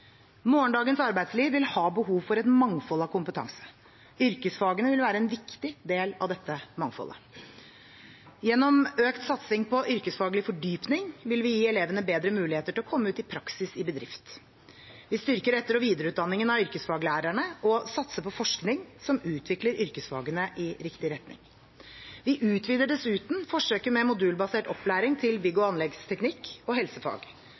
Morgendagens arbeidsliv vil ha behov for et mangfold av kompetanse. Yrkesfagene vil være en viktig del av dette mangfoldet. Gjennom en økt satsing på yrkesfaglig fordyping vil vi gi elevene bedre muligheter til å komme ut i praksis i bedrift. Vi styrker etter- og videreutdanningen av yrkesfaglærere og satser på forskning som utvikler yrkesfagene i riktig retning. Vi utvider dessuten forsøket med modulbasert opplæring til bygg- og anleggsteknikk og helsefag.